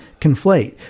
conflate